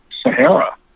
Sahara